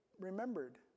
remembered